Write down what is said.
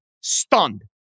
stunned